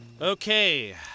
Okay